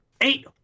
Eight